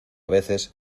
veces